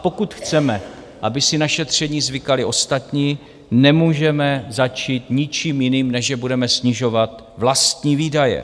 Pokud chceme, aby si na šetření zvykali ostatní, nemůžeme začít ničím jiným, než že budeme snižovat vlastní výdaje.